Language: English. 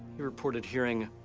he reported hearing